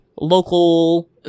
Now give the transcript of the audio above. local